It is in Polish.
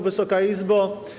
Wysoka Izbo!